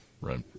Right